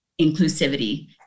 inclusivity